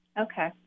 Okay